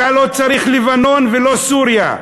אתה לא צריך לבנון ולא סוריה.